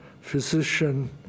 physician